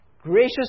gracious